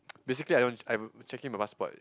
basically I don't I checking my passport